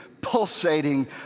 pulsating